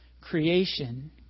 creation